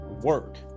work